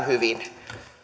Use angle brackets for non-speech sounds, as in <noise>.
<unintelligible> hyvin